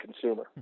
consumer